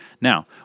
Now